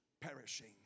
perishing